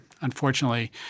Unfortunately